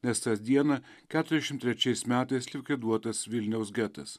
nes tą dieną keturiasdešim trečiais metais likviduotas vilniaus getas